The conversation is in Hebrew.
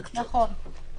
נכון.